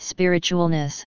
Spiritualness